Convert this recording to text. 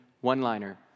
one-liner